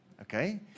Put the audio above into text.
Okay